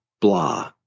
blah